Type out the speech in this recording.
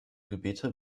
gebete